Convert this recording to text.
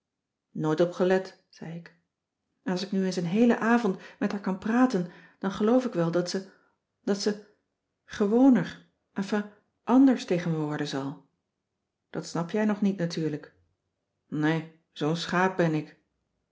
op gelet zei ik en als ik nu eens een heelen avond met haar kan praten dan geloof ik wel dat ze dat ze gewoner enfin anders tegen me worden zal dat snap jij nog niet natuurlijk nee zoo'n schaap ben ik